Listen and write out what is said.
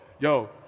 Yo